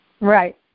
Right